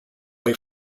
way